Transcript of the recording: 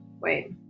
Wait